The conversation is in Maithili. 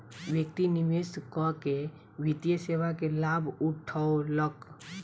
व्यक्ति निवेश कअ के वित्तीय सेवा के लाभ उठौलक